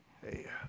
Hey